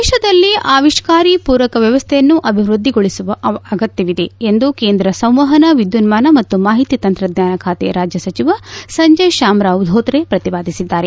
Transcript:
ದೇಶದಲ್ಲಿ ಆವಿಷ್ಕಾರಿ ಪೂರಕ ವ್ಯವಸ್ಠೆಯನ್ನು ಅಭಿವೃದ್ದಿಗೊಳಿಸುವ ಅಗತ್ಯವಿದೆ ಎಂದು ಕೇಂದ್ರ ಸಂವಹನ ವಿದ್ಯುನ್ಮಾನ ಮತ್ತು ಮಾಹಿತಿ ತಂತ್ರಜ್ಞಾನ ಖಾತೆ ರಾಜ್ಯ ಸಚಿವ ಸಂಜಯ್ ಶ್ಯಾಮರಾಬ್ ಧೋತ್ರೆ ಪ್ರತಿಪಾದಿಸಿದ್ದಾರೆ